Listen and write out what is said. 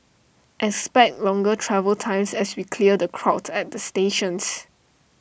expect longer travel times as we clear the crowds at the stations